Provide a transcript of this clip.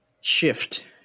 shift